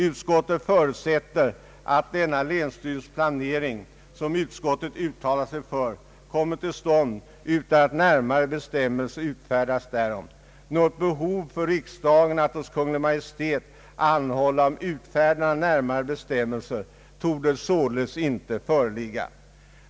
Utskottet förutsätter att denna länsstyrelsernas planering, som utskottet uttalat sig för, kommer till stånd utan att närmare bestämmelser utfärdas därom. Något behov för riksdagen att hos Kungl. Maj:t anhålla om utfärdande av närma re bestämmelser torde således inte föreligga.